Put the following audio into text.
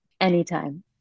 anytime